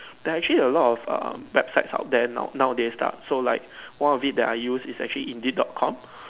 there are actually a lot of uh websites out there now nowadays lah so like one of it that I use is actually Indeed dot com